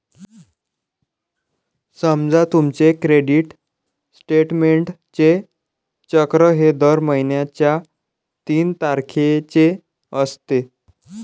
समजा तुमचे क्रेडिट स्टेटमेंटचे चक्र हे दर महिन्याच्या तीन तारखेचे असते